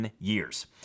years